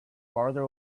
farther